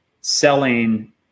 selling